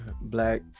Black